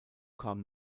kam